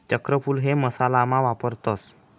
चक्रफूल हे मसाला मा वापरतस